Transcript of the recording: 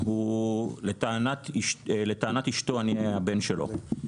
לטענת אשתו, אני הבן שלו.